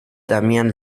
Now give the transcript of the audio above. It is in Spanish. damián